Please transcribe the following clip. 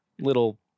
little